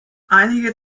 einige